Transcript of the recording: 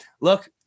look